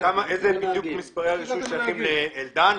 איזה מספרי הרישוי שייכים לאלדן,